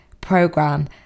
program